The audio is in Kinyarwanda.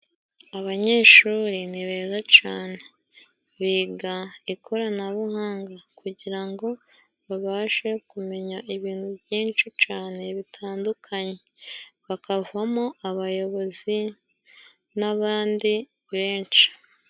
Abanyeshuri ni beza cane, biga ikoranabuhanga kugira ngo babashe kumenya ibintu byinshi cane bitandukanye bakavamo abayobozi n'abandi benshi.